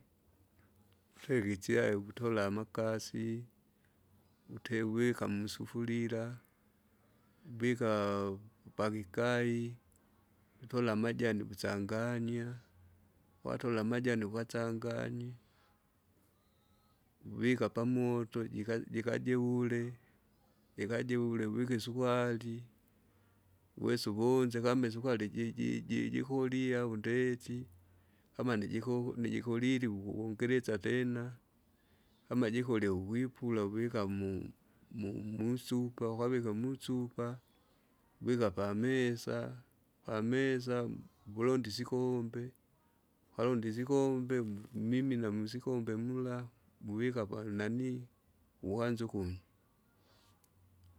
Twege ichai ukutola amakasi, ute uwika musufurira, uvika pakikai, utola amajani usanganya, watola amajani ukachanganye, uvika pamoto, jikaj- jikajeule, jikajeule uvike isukari, uwesa uvonze kama isukari ji- ji- ji- jikolie au ndeti, amana ijiko nijikoliwa ukuwongelesya tena, kama jikolie ukwipula uvika mu- mu- musupa, ukavike musupa, vika pamesa, pamesa vulonda isikombe, ukalonda isikombe, mmimina musikombe mula, muvika panani, uanze ukunywa.